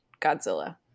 Godzilla